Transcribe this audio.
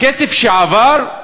הכסף שעבר,